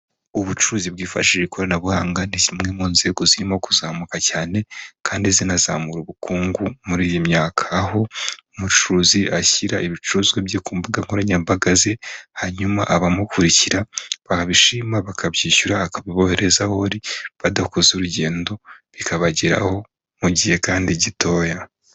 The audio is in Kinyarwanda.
Ubucuruzi bwifashishije ikoranabuhanga ni kimwe mu nzego zirimo kuzamuka cyane kandi zinazamura ubukungu muri iyi myaka, aho umucuruzi ashyira ibicuruzwa ku mbuga nkoranyambaga ze, hanyuma abamukurikira babishima bakabyishyura, akabiboherereza aho bari, badakoze urugendo, bikabageraho mu gihe kandi gitoya.